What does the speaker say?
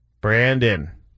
Brandon